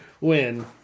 win